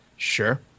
Sure